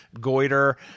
goiter